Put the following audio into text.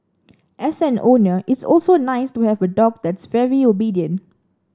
as an owner it's also nice to have a dog that's very obedient